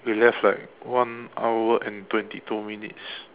we left like one hour and twenty two minutes